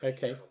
Okay